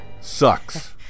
sucks